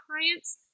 clients